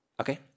Okay